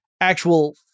actual